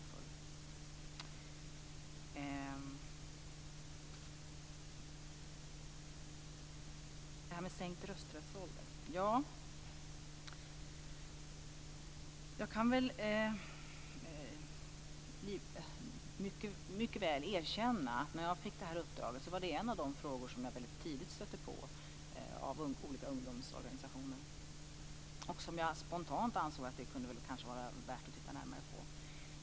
Så till det här med sänkt rösträttsålder. Jag kan mycket väl erkänna att när jag fick det här uppdraget var det en av de frågor som jag väldigt tidigt stötte på från olika ungdomsorganisationer. Spontant ansåg jag att det kanske kunde vara värt att titta närmare på saken.